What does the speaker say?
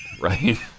right